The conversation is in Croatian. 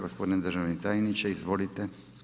Gospodine državni tajniče, izvolite.